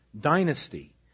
dynasty